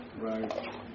right